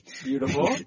beautiful